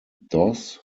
dos